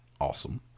awesome